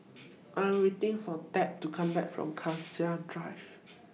I Am waiting For Tab to Come Back from Cassia Drive